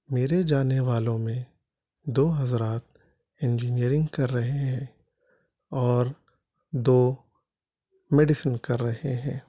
میرے جاننے والوں میں دو حضرات انجینئرنگ کر رہے ہیں اور دو میڈیسن کر رہے ہیں